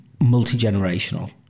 multi-generational